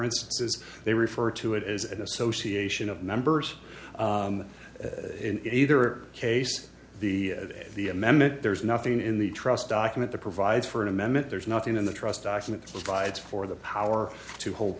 instances they refer to it as an association of members in either case the the amendment there's nothing in the trust document that provides for an amendment there's nothing in the trust documents rides for the power to hold